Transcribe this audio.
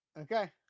Okay